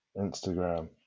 Instagram